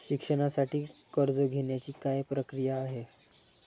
शिक्षणासाठी कर्ज घेण्याची काय प्रक्रिया आहे?